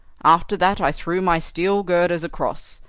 after that i threw my steel girders across,